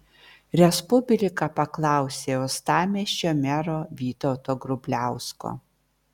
respublika paklausė uostamiesčio mero vytauto grubliausko